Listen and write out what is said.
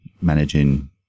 managing